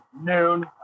noon